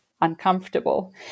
uncomfortable